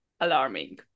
alarming